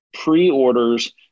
pre-orders